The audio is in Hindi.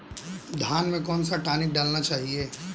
धान में कौन सा टॉनिक डालना चाहिए?